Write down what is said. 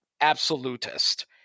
absolutist